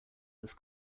this